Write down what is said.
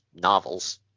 novels